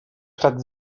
stadt